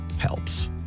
helps